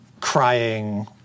crying